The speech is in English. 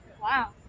Wow